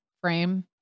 frame